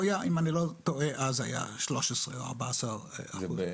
היה אם אני לא טועה אז 13% או 14% אחוז.